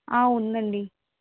ఉందండి